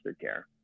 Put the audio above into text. care